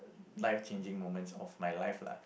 life changing moments of my life lah